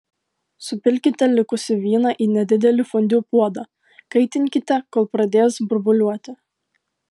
supilkite likusį vyną į nedidelį fondiu puodą kaitinkite kol pradės burbuliuoti